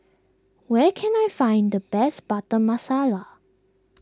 where can I find the best Butter Masala